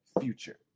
future